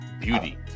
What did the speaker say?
Beauty